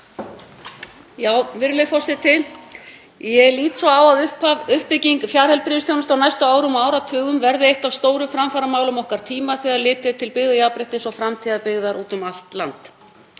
Virðulegi forseti. Ég lít svo á að uppbygging fjarheilbrigðisþjónustu á næstu árum og áratugum verði eitt af stóru framfaramálum okkar tíma þegar litið er til byggðajafnréttis og framtíðar byggðar út um allt land.